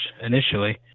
initially